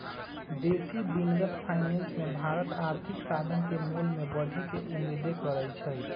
बेशी दिनगत फाइनेंस मे भारत आर्थिक साधन के मोल में बढ़े के उम्मेद करइ छइ